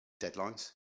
deadlines